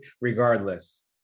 regardless